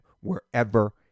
wherever